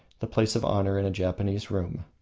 the place of honour in a japanese room.